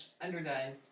underdone